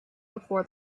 before